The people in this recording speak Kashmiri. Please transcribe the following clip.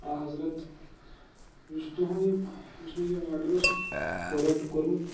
آ حضرت یُس تُہُنٛد یہِ یُس مےٚ یہِ آرڈَر اوس پرٛوٚڈَکٹ کوٚرمُت